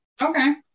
okay